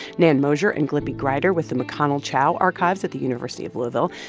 nan mosher and glypie grider with the mcconnell-chao archives at the university of louisville,